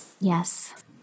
Yes